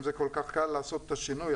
אם זה כל כך קל לעשות את השינוי,